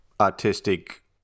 artistic